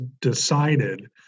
decided